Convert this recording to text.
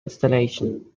installation